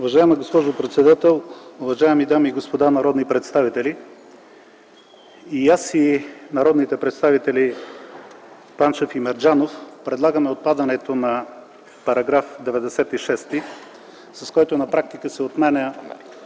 Уважаема госпожо председател, уважаеми дами и господа народни представители! И аз, и народните представители Панчев и Мерджанов предлагаме отпадането на § 96, с който на практика се отменя